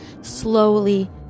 slowly